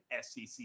sec